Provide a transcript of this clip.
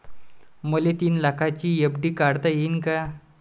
मले तीन लाखाची एफ.डी काढता येईन का?